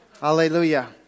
Hallelujah